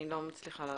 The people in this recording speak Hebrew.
אני לא מצליחה להבין.